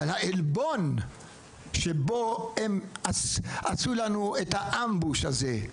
אבל העלבון שבו הם עשו לנו את האמבוש הזה,